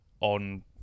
on